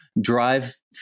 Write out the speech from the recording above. drive